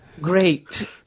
Great